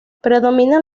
predominan